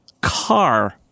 car